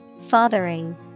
Fathering